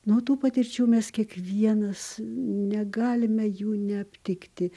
nu o tų patirčių mes kiekvienas negalime jų neaptikti